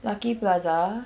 lucky plaza